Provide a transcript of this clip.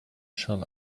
shall